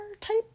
type